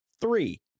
Three